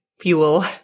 fuel